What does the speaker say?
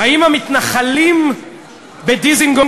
האם המתנחלים בדיזנגוף